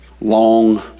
long